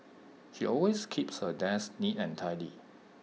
she always keeps her desk neat and tidy